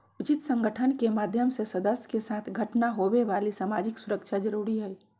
उचित संगठन के माध्यम से सदस्य के साथ घटना होवे वाली सामाजिक सुरक्षा जरुरी हइ